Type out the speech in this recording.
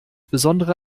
besondere